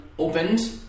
Opened